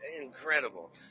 incredible